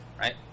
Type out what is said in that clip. right